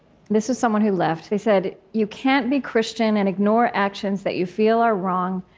this was someone who left. they said, you can't be christian and ignore actions that you feel are wrong.